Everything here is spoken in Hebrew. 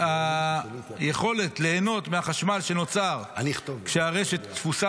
היכולת ליהנות מהחשמל שנוצר כשהרשת תפוסה